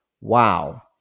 Wow